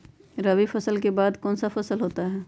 रवि फसल के बाद कौन सा फसल होता है?